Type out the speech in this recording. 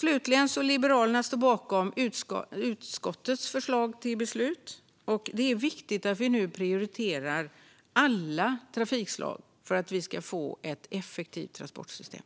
Liberalerna står bakom utskottets förslag till beslut, som jag yrkar bifall till. Och det är viktigt att vi nu prioriterar alla trafikslag för att vi ska få ett effektivt transportsystem.